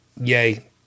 yay